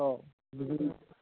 आह बिदि